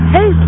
Hey